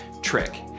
trick